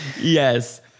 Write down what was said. yes